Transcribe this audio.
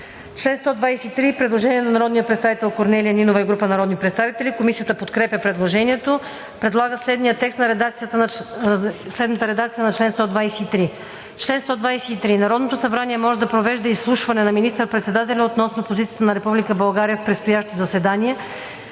чл. 123 има предложение на народния представител Корнелия Нинова и група народни представители. Комисията подкрепя предложението. Комисията подкрепя по принцип текста и предлага следната редакция на чл. 123: „Чл. 123. Народното събрание може да провежда изслушване на министър-председателя относно позицията на Република България в предстоящи заседания,